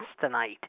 tonight